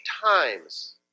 times